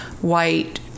white